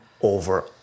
over